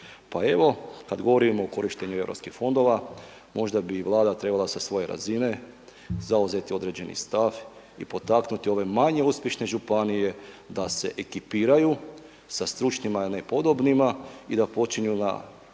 Pa evo kad govorimo o korištenju EU fondova možda bi Vlada trebala sa svoje razine zauzeti određeni stav i potaknuti ove manje uspješne županije da se ekipiraju sa stručnima, a ne podobnima i da počinju na